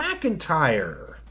McIntyre